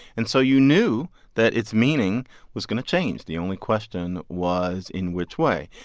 and so you knew that its meaning was going to change. the only question was in which way.